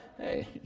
hey